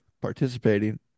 participating